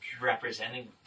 representing